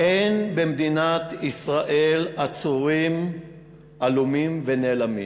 "אין במדינת ישראל עצורים עלומים נעלמים"